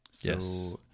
Yes